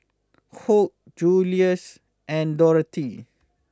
Hoke Juluis and Dorathy